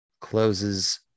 closes